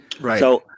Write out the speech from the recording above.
Right